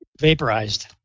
vaporized